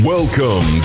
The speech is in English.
Welcome